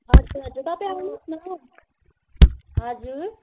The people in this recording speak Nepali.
हजुर हजुर तपाईँ आउनुहोस् न हजुर